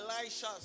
Elisha